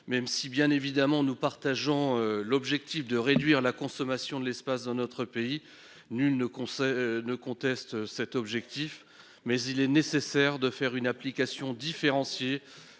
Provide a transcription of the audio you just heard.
même si bien évidemment nous partageons l'objectif de réduire la consommation de l'espace dans notre pays. Nul ne. Ne conteste cet objectif mais il est nécessaire de faire une application différenciée